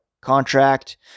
contract